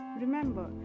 Remember